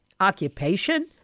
Occupation